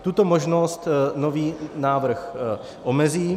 Tuto možnost nový návrh omezí.